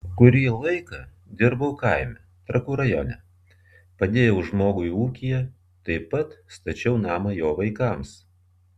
kurį laiką dirbau kaime trakų rajone padėjau žmogui ūkyje taip pat stačiau namą jo vaikams